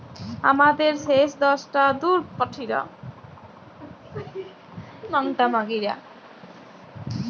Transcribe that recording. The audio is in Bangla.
আমাদের শেষ দশটা লেলদেলের আমরা ইকট ইস্ট্যাটমেল্ট বা কাগইজ ব্যাংক থ্যাইকে প্যাইতে পারি